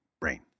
brain